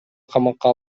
камакка